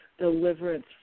deliverance